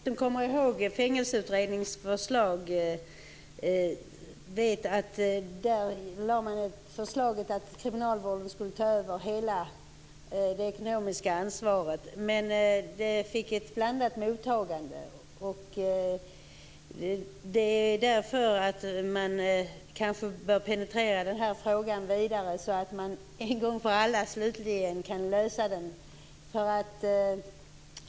Herr talman! Den som kommer ihåg Fängelseutredningen vet att man där lade fram förslaget att kriminalvården skulle ta över hela det ekonomiska ansvaret. Detta fick dock ett blandat mottagande. Det är därför man kanske bör penetrera den här frågan vidare, så att man slutligen kan lösa den en gång för alla.